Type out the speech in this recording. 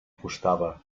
costava